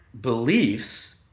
beliefs